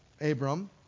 Abram